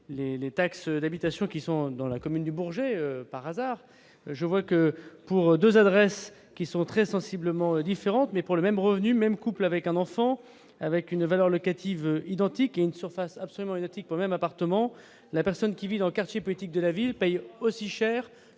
les taxes, l'habitation qui sont dans la commune du Bourget par hasard, je vois que pour 2 adresses qui sont très sensiblement différente, mais pour le même revenu même couple avec un enfant avec une valeur locative identique et une surface absolument identiques même appartements, la personne qui vit dans le quartier, politique de la ville payent aussi cher